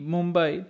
Mumbai